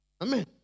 Amen